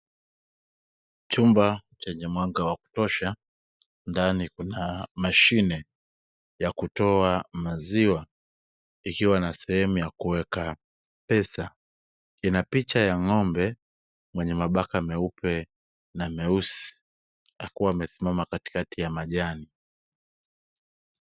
Chumba chenye mwanga wa kutosha. Ndani kuna mashine ya kutoa maziwa ikiwa na sehemu ya kuweka pesa. Ina picha ya ng'ombe mwenye mabaka meupe na meusi akiwa amesimama katikati ya majani.